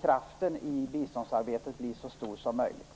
kraften i biståndsarbetet blir så stor som möjligt.